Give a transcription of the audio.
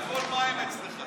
הכול מים אצלך.